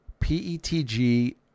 PETG